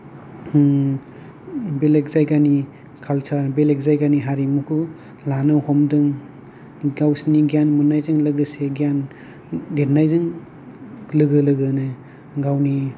बेलेग जायगानि खाल्सार बेलेग जायगानि हारिमुखौ लानो हमदों गावसोरनि गियान मोननायजों लोगोसे गियान देरनायजों लोगो लोगोनो गावनि